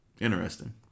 Interesting